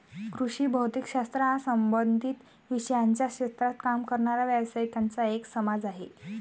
कृषी भौतिक शास्त्र हा संबंधित विषयांच्या क्षेत्रात काम करणाऱ्या व्यावसायिकांचा एक समाज आहे